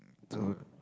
so